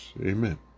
Amen